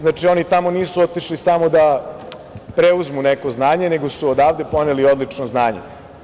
Znači, oni tamo nisu otišli samo da preuzmu neko znanje, nego su odavde poneli odlično znanje.